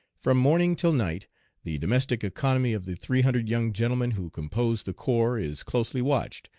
from morning till night the domestic economy of the three hundred young gentlemen who compose the corps is closely watched,